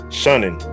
shunning